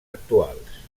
actuals